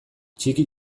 txiki